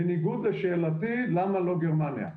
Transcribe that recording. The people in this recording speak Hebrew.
בניגוד לשאלתי למה לא גרמניה.